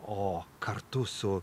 o kartu su